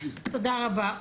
תודה רבה.